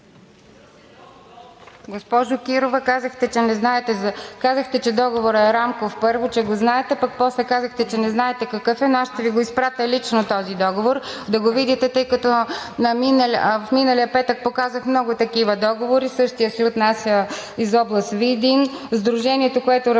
Госпожо Кирова, казахте, първо, че договорът е рамков, че го знаете, пък после казахте, че не знаете какъв е, но аз ще Ви го изпратя лично този договор да го видите, тъй като в миналия петък показах много такива договори. Същият се отнася и за област Видин. Сдружението, което работи